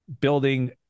building